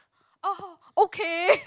orh okay